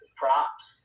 props